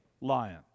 lion